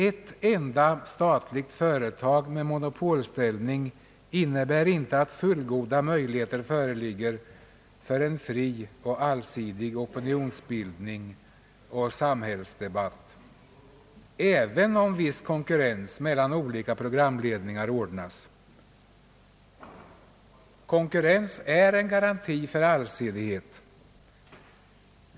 Ett enda statligt företag med monopolställning innebär inte att fullgoda möjligheter föreligger för en fri och allsidig opinionsbildning och samhällsdebatt, även om viss konkurrens mellan olika programledningar ordnas. Konkurrens är en garanti för allsidighet.